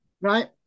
right